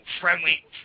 friendly